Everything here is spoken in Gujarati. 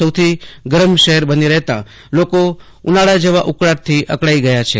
સાથે ગરમ શહેર બની રહેતા લોકો ઉનાળા જેવા ઉકળાટથી અકળાઈ ગયા છે